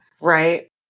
Right